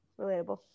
Relatable